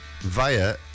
Via